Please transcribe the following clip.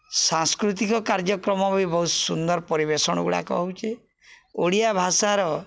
ସାଂସ୍କୃତିକ କାର୍ଯ୍ୟକ୍ରମ ବି ବହୁତ୍ ସୁନ୍ଦର୍ ପରିବେଷଣଗୁଡ଼ାକ ହଉଚେ ଓଡ଼ିଆ ଭାଷାର